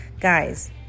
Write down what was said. guys